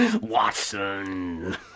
Watson